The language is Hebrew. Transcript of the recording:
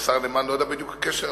אני לא יודע בדיוק את הקשר,